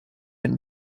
and